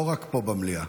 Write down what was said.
לא רק פה במליאה.